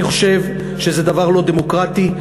אני חושב שזה דבר לא דמוקרטי,